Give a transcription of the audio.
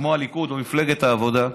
כמו הליכוד או מפלגת העבודה.